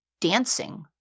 dancing